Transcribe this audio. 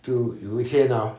就有一天 hor